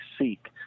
seek